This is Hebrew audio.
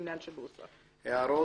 הערות?